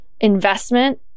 investment